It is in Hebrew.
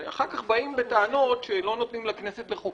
אחר כך באים בטענות שלא נותנים לכנסת לחוקק,